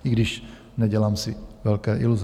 I když nedělám si velké iluze.